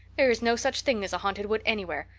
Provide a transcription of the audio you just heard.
there is no such thing as a haunted wood anywhere.